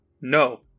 No